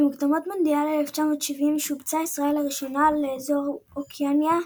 במוקדמות מונדיאל 1970 שובצה ישראל לראשונה לאזור אוקיאניה,